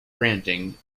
granting